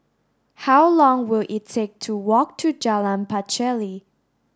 how long will it take to walk to Jalan Pacheli